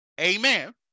amen